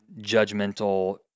judgmental